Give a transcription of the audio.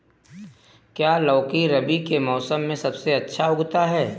क्या लौकी रबी के मौसम में सबसे अच्छा उगता है?